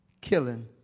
killing